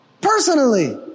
personally